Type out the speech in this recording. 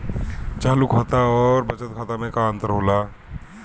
चालू खाता अउर बचत खाता मे का अंतर होला?